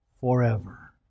forever